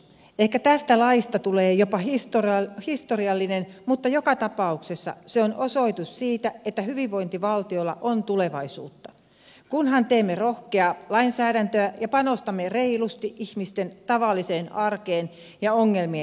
ehkä tästä laista tulee jopa historiallinen mutta joka tapauksessa se on osoitus siitä että hyvinvointivaltiolla on tulevaisuutta kunhan teemme rohkeaa lainsäädäntöä ja panostamme reilusti ihmisten tavalliseen arkeen ja ongelmien ennaltaehkäisyyn